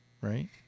Right